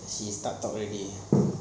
she start job already